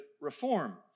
reform